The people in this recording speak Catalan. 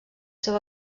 seu